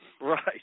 Right